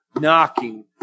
Knocking